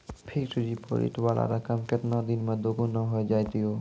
Fixed deposit वाला रकम केतना दिन मे दुगूना हो जाएत यो?